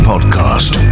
podcast